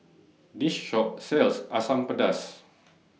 This Shop sells Asam Pedas